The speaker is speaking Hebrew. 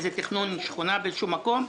איזה תכנון שכונה באיזשהו מקום.